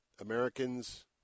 Americans